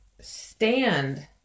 stand